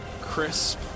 crisp